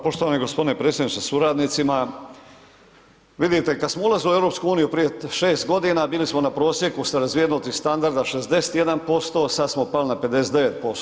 Poštovani g. predsjedniče sa suradnicima, vidite, kad smo ulazili u EU prije 6 g., bili smo na prosjeku sa razvijenosti standarda 61%, sad smo pali na 59%